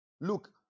look